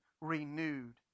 renewed